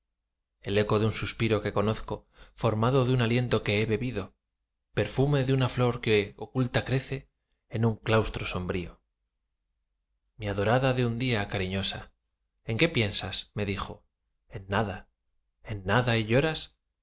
el eco de un suspiro que conozco formado de un aliento que he bebido perfume de una flor que oculta crece en un claustro sombrío mi adorada de un día cariñosa en qué piensas me dijo en nada en nada y lloras